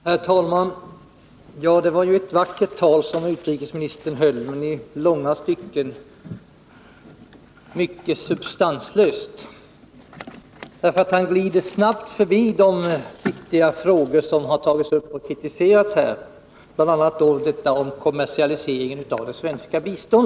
Herr talman! Det var ett vackert tal som utrikesministern höll, men i långa stycken mycket substanslöst. Han glider snabbt förbi de viktiga frågor som har tagits upp och kritiserats här, bl.a. kommersialiseringen av svenskt bistånd.